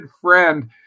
friend